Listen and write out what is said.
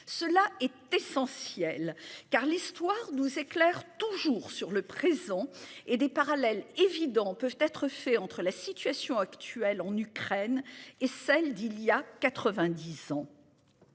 cela est essentiel car l'histoire nous éclaire toujours sur le présent et des parallèles évidents peuvent être faits entre la situation actuelle en Ukraine et celle d'il y a 90 ans.